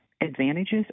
advantages